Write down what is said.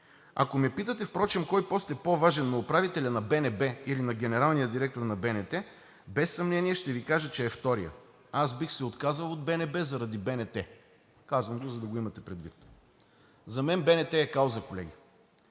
Ако ме питате впрочем кой пост е по-важен – на управителя на БНБ или на генералния директор на БНТ, без съмнение ще Ви кажа, че е вторият. Аз бих се отказал от БНБ заради БНТ. Казвам го, за да го имате предвид. За мен БНТ е кауза, колеги.